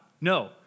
No